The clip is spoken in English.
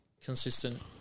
consistent